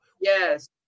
Yes